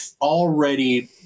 already